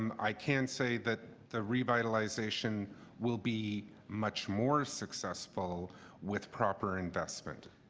um i can say that the revitalization will be much more successful with proper investment.